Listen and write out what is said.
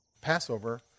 Passover